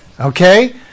Okay